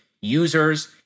users